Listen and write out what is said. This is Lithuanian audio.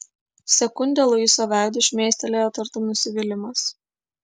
sekundę luiso veidu šmėstelėjo tartum nusivylimas